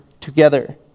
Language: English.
together